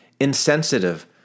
insensitive